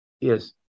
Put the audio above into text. Yes